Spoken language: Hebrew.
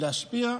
להשפיע,